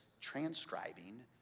transcribing